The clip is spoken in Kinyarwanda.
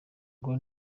ngo